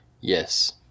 Yes